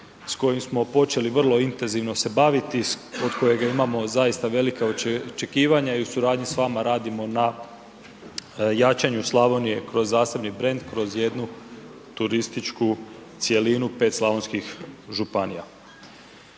s kojim smo počeli vrlo intenzivno se baviti, od kojeg imamo zaista velika očekivanja i u suradnji s vama radimo na jačanju Slavonije kroz zasebni brand, kroz jednu turističku cjelinu, 5 slavonskih županija.